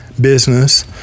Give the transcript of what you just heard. business